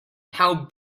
how